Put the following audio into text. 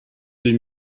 deux